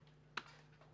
שלום.